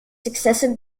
successive